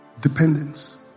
dependence